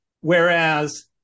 Whereas